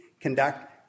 conduct